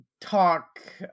talk